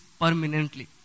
permanently